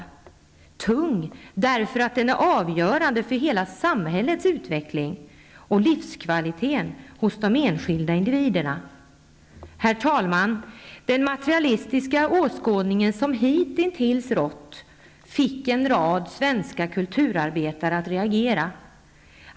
Den är tung därför att den är avgörande för hela samhällets utveckling och livskvaliteten hos de enskilda individerna. Herr talman! Den materialistiska åskådning som hitintills rått fick en rad svenska kulturarbetare att reagera.